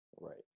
right